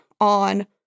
on